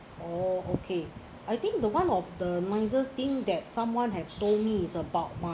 oh okay I think the one of the nicest thing that someone had told me is about